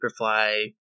superfly